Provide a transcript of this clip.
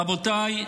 רבותיי,